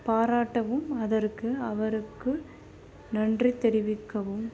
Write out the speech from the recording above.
பாராட்டவும் அதற்கு அவருக்கு நன்றி தெரிவிக்கவும்